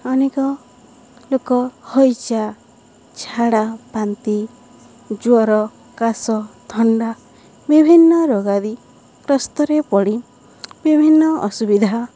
ଅନେକ ଲୋକ ହଇଜା ଝାଡ଼ା ବାନ୍ତି ଜ୍ୱର କାଶ ଥଣ୍ଡା ବିଭିନ୍ନ ରୋଗାଦୀ ପ୍ରସ୍ତରେ ପଡ଼ି ବିଭିନ୍ନ ଅସୁବିଧା